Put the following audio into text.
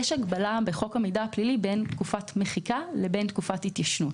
יש הגבלה בחוק המידע הפלילי בין תקופת התיישנות לבין תקופת מחיקה.